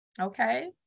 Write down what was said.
Okay